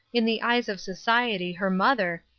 in the eyes of society her mother,